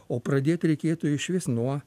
o pradėt reikėtų išvis nuo